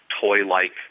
toy-like